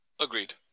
agreed